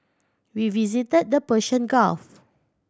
we visited the Persian Gulf